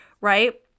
right